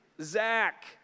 Zach